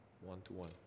one-to-one